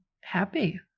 happy